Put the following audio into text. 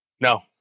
No